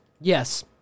yes